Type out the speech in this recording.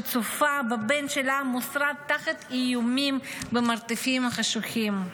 שצופה בבן שלה מוסרט תחת איומים במרתפים החשוכים?